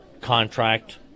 contract